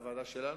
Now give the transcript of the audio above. בוועדה שלנו,